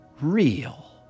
real